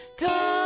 come